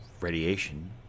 radiation